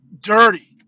dirty